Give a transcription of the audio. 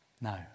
No